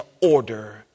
order